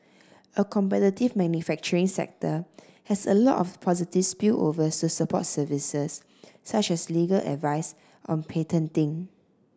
a competitive manufacturing sector has a lot of positive spillovers support services such as legal advice on patenting